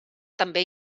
també